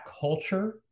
culture